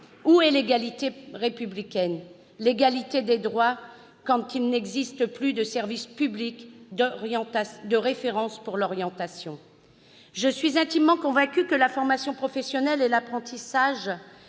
Où est l'égalité républicaine, où est l'égalité des droits, quand il n'existe plus de service public de référence pour l'orientation ? Je suis intimement convaincue que la formation professionnelle et l'apprentissage